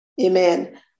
Amen